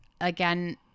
again